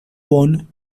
won